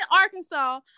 Arkansas